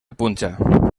punxa